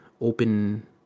open